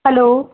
hello